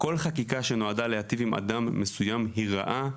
כל חקיקה שנועדה להיטיב עם אדם מסוים היא רעה,